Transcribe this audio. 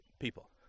people